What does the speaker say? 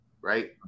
right